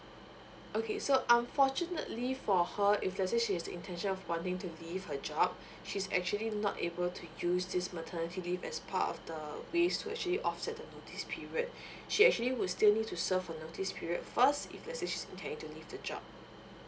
okay so unfortunately for her if let's say she has intention of wanting to leave her job she's actually not able to use this maternity leave as part of the ways to actually offset the notice period she actually would still need to serve a notice period first if let say she's intending to leave the job